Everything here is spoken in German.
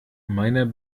meiner